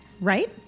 Right